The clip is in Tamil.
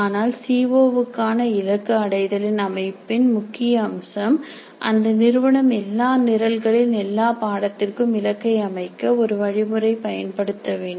ஆனால் சி ஓ வுக்கான இலக்கு அடைதலின் அமைப்பின் முக்கிய அம்சம் அந்த நிறுவனம் எல்லா நிரல்களின் எல்லா பாடத்திற்கும் இலக்கை அமைக்க ஒரு வழிமுறை பயன்படுத்த வேண்டும்